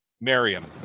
Miriam